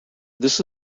this